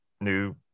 new